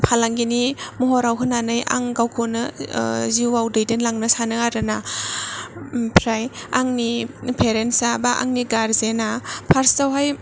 फालांगिनि महराव होनानै आं गावखौनो जिवाव दैदेनलांनो सानो आरो ना ओमफ्राय आंनि पेरेन्टसा बा आंनि गार्जेना फार्सथ आवहाय